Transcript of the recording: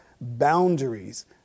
boundaries